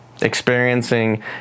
experiencing